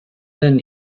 then